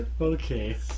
Okay